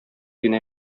генә